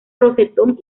rosetón